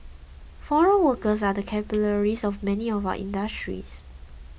foreign workers are the capillaries of many of our industries